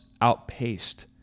outpaced